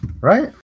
Right